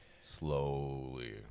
Slowly